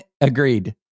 Agreed